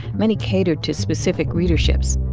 many catered to specific readerships.